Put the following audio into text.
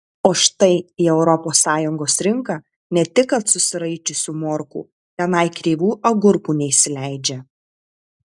o štai į europos sąjungos rinką ne tik kad susiraičiusių morkų tenai kreivų agurkų neįsileidžia